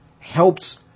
helps